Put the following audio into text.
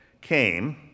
came